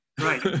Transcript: right